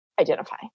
identify